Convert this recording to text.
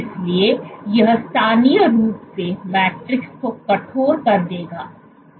इसलिए यह स्थानीय रूप से मैट्रिक्स को कठोर कर देगा